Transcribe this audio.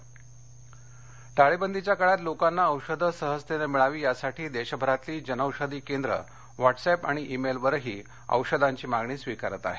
जनौषधी टाळेबंदीच्या काळात लोकांना औषधं सहजतेनं मिळावी यासाठी देशभरातली जनौषधी केंद्र व्हॉट्सऍप आणि ई मेलवरही औषधांची मागणी स्वीकारत आहेत